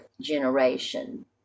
generation